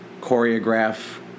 choreograph